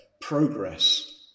progress